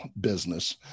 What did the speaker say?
business